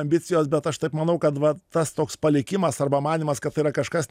ambicijos bet aš taip manau kad va tas toks palikimas arba manymas kad tai yra kažkas